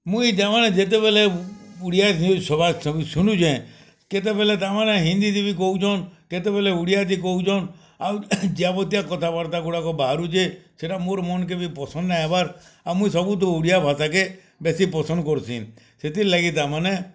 ମୁଇ ଜାନ୍ବାର୍ନେ ଯେତେବେଲେ ଓଡ଼ିଆ ନ୍ୟୁଜ୍ ସଭା ସବୁ ଶୁନୁଛେ କେତେବେଲେ ତାର୍ମାନେ ହିନ୍ଦୀ ତିଭି କହୁଚନ୍ କେତେବେଲେ ଓଡ଼ିଆ ତି କହୁଚନ୍ ଆଉ ଯାବତୀୟ କଥାବାର୍ତ୍ତାଗୁଡ଼ାକ ବାହାରୁଚେ ସେଟା ବି ମୋର୍ ମନ୍କେ ବି ପସନ୍ଦ୍ ନାଇ ଆଏବାର୍ ଆଉ ମୁଇଁ ସବୁଠୁ ଓଡ଼ିଆ ଭାଷାକେ ବେଶୀ ପସନ୍ଦ୍ କର୍ସିଁ ସେଥିଲାଗି ତାମାନେ